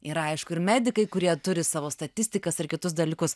ir aišku ir medikai kurie turi savo statistikas ir kitus dalykus